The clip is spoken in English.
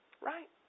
Right